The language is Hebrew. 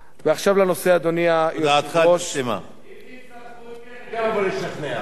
ודעתך, אם תצטרכו אותי, אני גם אבוא לשכנע.